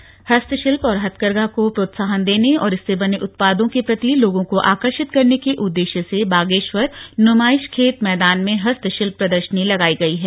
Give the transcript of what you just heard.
प्रदर्शनी हस्तशिल्प और हथकरघा को प्रोत्साहन देने और इससे बने उत्पादों के प्रति लोगों को आकर्षित करने के उद्देश्य से बागेश्वर नुमाईशखेत मैदान में हस्त शिल्प प्रदर्शनी लगाई गई है